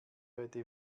heute